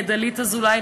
לדלית אזולאי,